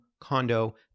condo